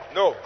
no